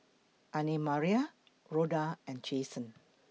Annemarie Rhoda and Jason